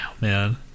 man